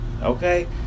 okay